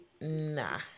nah